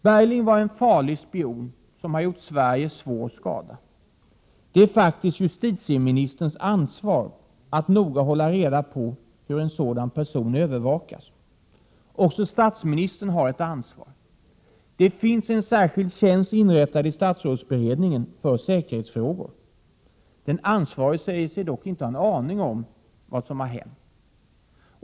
Bergling var en farlig spion, som gjort Sverige svår skada. Det är faktiskt justitieministerns ansvar att noga hålla reda på hur en sådan person övervakas. Också statsministern har ett ansvar. Det finns en särskild tjänst inrättad i statsrådsberedningen för ”säkerhetsfrågor”. Den ansvarige säger sig dock inte ha en aning om vad som hänt.